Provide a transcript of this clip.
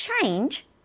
change